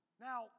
Now